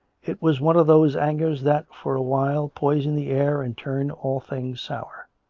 it was one of those angers that for a while poison the air and turn all things sour